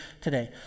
today